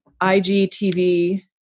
IGTV